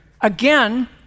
Again